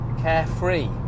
carefree